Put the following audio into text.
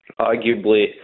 arguably